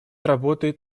работает